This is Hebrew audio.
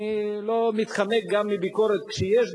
אני לא מתחמק מביקורת כשיש,